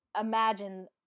imagine